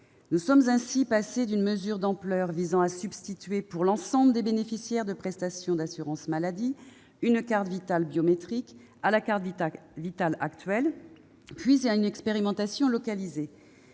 Nous sommes ainsi passés d'une mesure d'ampleur visant à remplacer, pour l'ensemble des bénéficiaires de prestations d'assurance maladie, la carte Vitale actuelle par une carte Vitale biométrique à une expérimentation localisée.